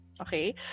okay